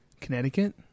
Connecticut